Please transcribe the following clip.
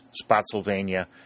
Spotsylvania